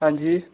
हां जी